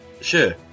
sure